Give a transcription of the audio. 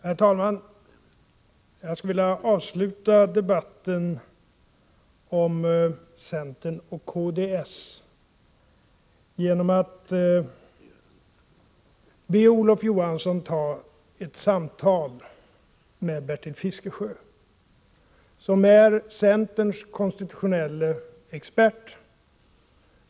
Herr talman! Jag skulle vilja avsluta debatten om centern och kds genom att be Olof Johansson ta ett samtal med Bertil Fiskesjö, som är centerns konstitutionelle expert.